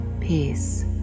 peace